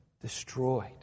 destroyed